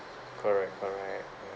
correct correct ya